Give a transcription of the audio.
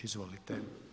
Izvolite.